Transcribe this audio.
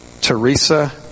Teresa